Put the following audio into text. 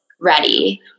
ready